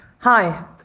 Hi